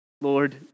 Lord